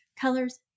Colors